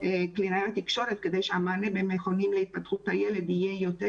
קלינאיות תקשורת כדי שהמענה במכונים להתפתחות הילד יהיה יותר